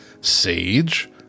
Sage